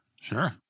Sure